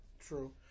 True